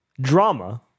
drama